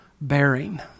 bearing